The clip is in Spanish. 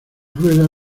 rueda